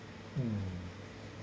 mm